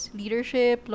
leadership